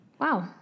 Wow